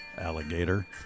alligator